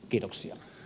kiitoksia